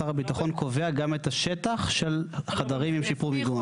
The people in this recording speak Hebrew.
שר הביטחון קובע גם את השטח של חדרים עם שיפור מיגון?